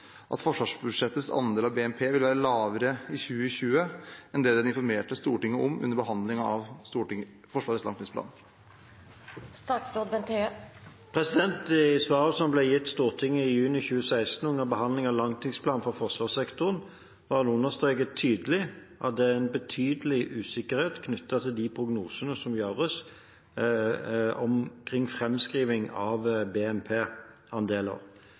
at forsvarsbudsjettets andel av BNP vil være lavere i 2020 enn det den informerte Stortinget om under behandlingen av Forsvarets langtidsplan?» I svaret som ble gitt til Stortinget i juni 2016 under behandlingen av langtidsplanen for forsvarssektoren, var det understreket tydelig at det er en betydelig usikkerhet knyttet til de prognosene som gjøres omkring framskriving av